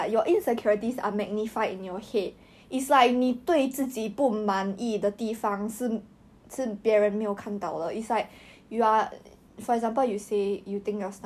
oh the M to the V thing it's very funny